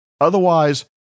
Otherwise